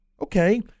Okay